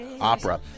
opera